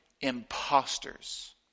imposters